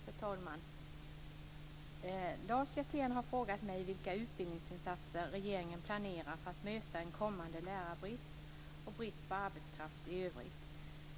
Fru talman! Lars Hjertén har frågat mig vilka utbildningsinsatser regeringen planerar för att möta en kommande lärarbrist och brist på arbetskraft i övrigt.